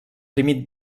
límit